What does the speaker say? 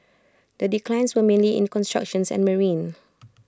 the declines were mainly in construction and marine